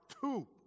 two